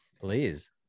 please